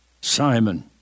Simon